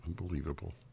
unbelievable